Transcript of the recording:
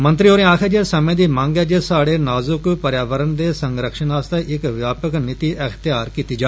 मंत्री होरें आक्खेआ जे समें दी मंग ऐ जे साहड़े नाजुक पर्यावरण दे संरक्षण आस्तै इक व्यापक नीति एख्तेआर कीती जा